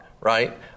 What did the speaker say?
right